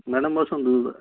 madam ବସନ୍ତୁ